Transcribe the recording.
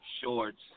shorts